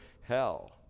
hell